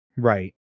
Right